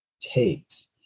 takes